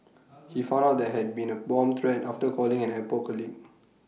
he found out there had been A bomb threat after calling an airport colleague